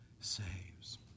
saves